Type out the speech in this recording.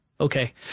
Okay